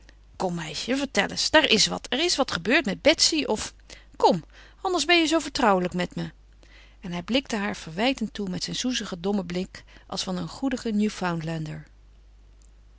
kom meisje vertel eens daar is wat er is wat gebeurd met betsy of kom anders ben je zoo vertrouwelijk met me en hij blikte haar verwijtend toe met zijn soezigen dommen blik als van een goedigen